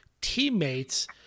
teammates